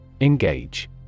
Engage